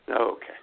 Okay